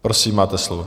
Prosím, máte slovo.